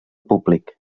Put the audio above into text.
públic